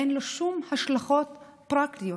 אין לו שום השלכות פרקטיות,